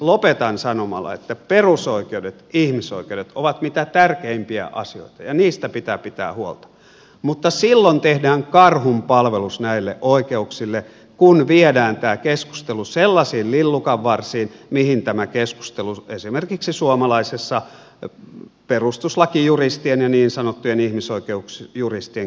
lopetan sanomalla että perusoikeudet ihmisoikeudet ovat mitä tärkeimpiä asioita ja niistä pitää pitää huolta mutta silloin tehdään karhunpalvelus näille oikeuksille kun viedään tämä keskustelu sellaisiin lillukanvarsiin mihin tämä keskustelu esimerkiksi suomalaisessa perustuslakijuristien ja niin sanottujen ihmisoikeusjuristien keskusteluissa on mennyt